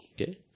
okay